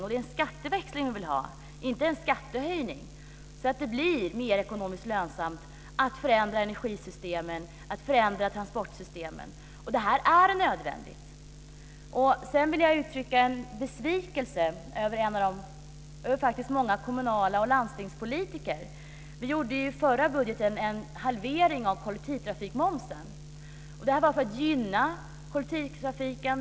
Det är en skatteväxling vi vill ha, inte en skattehöjning, så att det blir mer ekonomiskt lönsamt att förändra energisystemen, att förändra transportsystemen. Det är nödvändigt. Sedan vill jag uttrycka en besvikelse över många kommun och landstingspolitiker. Vi införde i den förra budgeten en halvering av kollektivtrafikmomsen. Det var för att gynna kollektivtrafiken.